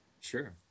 Sure